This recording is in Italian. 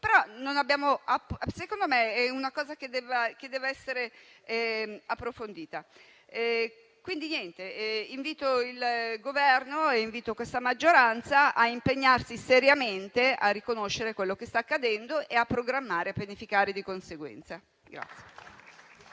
secondo me, è una cosa che dev'essere approfondita. Invito quindi il Governo e la maggioranza a impegnarsi seriamente a riconoscere quello che sta accadendo e a programmare e pianificare di conseguenza.